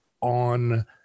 on